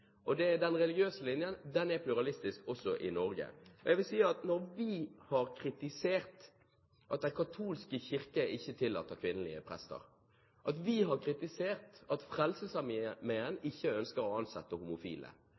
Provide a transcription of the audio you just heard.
Den religiøse linjen er pluralistisk også i Norge. Vi har kritisert at Den katolske kirke ikke tillater kvinnelige prester, og vi har kritisert at Frelsesarmeen ikke ønsker å ansette homofile.